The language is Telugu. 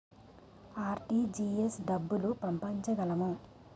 ఆర్.టీ.జి.ఎస్ డబ్బులు పంపించగలము?